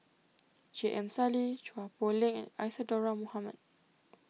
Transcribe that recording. J M Sali Chua Poh Leng and Isadhora Mohamed